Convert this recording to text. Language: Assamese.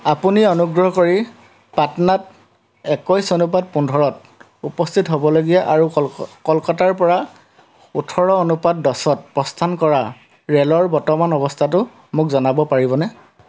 আপুনি অনুগ্ৰহ কৰি পাটনাত একৈছ অনুপাত পোন্ধৰত উপস্থিত হ'বলগীয়া আৰু কল কলকাতাৰ পৰা ওঠৰ অনুপাত দছত প্ৰস্থান কৰা ৰে'লৰ বৰ্তমানৰ অৱস্থাটো মোক জনাব পাৰিবনে